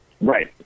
Right